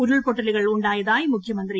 ഉരുൾപൊട്ടലുകൾ ഉണ്ടായതായി മുഖൃമന്ത്രി